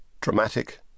dramatic